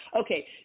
Okay